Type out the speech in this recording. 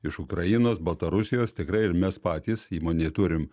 iš ukrainos baltarusijos tikrai ir mes patys įmonėj turim